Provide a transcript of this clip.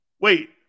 Wait